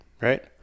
Right